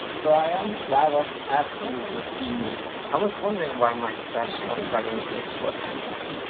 brian, that was absolutely genius. i was wondering why my stash of dragon tears was empty.